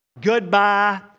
Goodbye